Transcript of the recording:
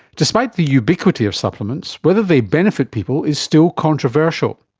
despite the ubiquity of supplements, whether they benefit people is still controversial.